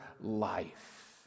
life